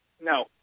No